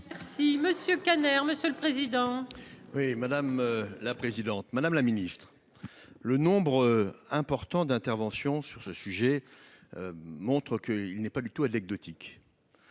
Merci Monsieur Kader, monsieur le président. Oui, madame la présidente, madame la Ministre le nombre important d'intervention sur ce sujet montrent que, il n'est pas du tout à exotique,